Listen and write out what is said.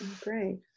Great